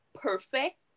perfect